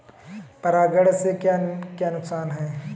परागण से क्या क्या नुकसान हैं?